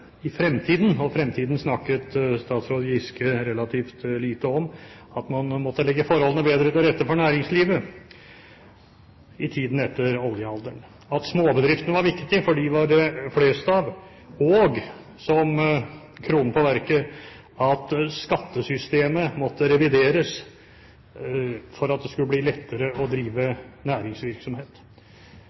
og fremtiden snakket statsråd Giske relativt lite om – måtte legge forholdene bedre til rette for næringslivet, at småbedriftene var viktige, for dem var det flest av, og som kronen på verket: at skattesystemet måtte revideres for at det skulle bli lettere å drive næringsvirksomhet.